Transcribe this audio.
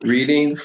Reading